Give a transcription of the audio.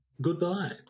goodbye